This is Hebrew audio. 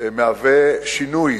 מהווה שינוי